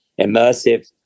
immersive